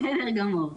בהחלט.